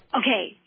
Okay